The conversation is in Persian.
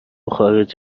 خارج